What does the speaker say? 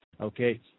Okay